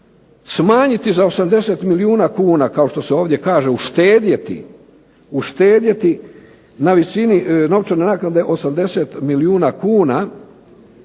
smanjiti za 80 milijuna kuna, kao što se ovdje kaže uštedjeti na visini novčane naknade 80 milijuna kuna,